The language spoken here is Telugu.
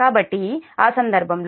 కాబట్టి ఆ సందర్భంలో మీ m1 11